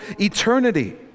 eternity